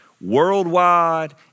Worldwide